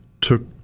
took